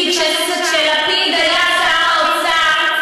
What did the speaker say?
כי כשלפיד היה שר האוצר,